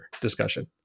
discussion